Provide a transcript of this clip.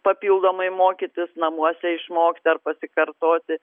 papildomai mokytis namuose išmokti ar pasikartoti